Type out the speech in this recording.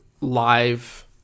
live